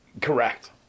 Correct